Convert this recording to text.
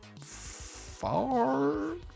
four